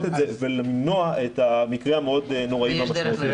את זה ולמנוע את המקרה המאוד נוראי ומשמעותי.